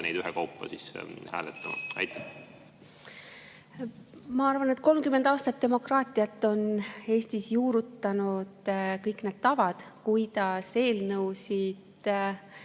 neid ühekaupa hääletama? Ma arvan, et 30 aastat demokraatiat on Eestis juurutanud kõik need tavad, kuidas eelnõusid